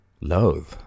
Loathe